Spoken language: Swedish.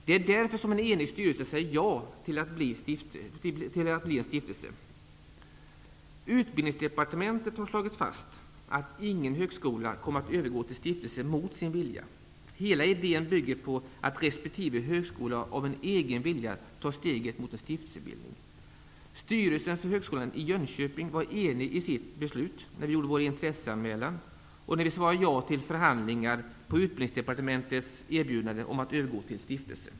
Det är därför som en enig styrelse säger ja till att bli en stiftelse. Utbildningsdepartementet har slagit fast att ingen högskola kommer att övergå till stiftelse mot sin vilja. Hela idén bygger på att resp. högskola av egen vilja tar steget mot en stiftelsebildning. Styrelsen för Högskolan i Jönköping var enig i sitt beslut när vi gjorde vår intresseanmälan och när vi svarade ja till förhandlingar på Utbildningsdepartementets erbjudande om att övergå till stiftelse.